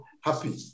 happy